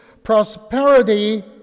prosperity